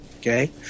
okay